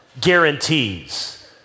guarantees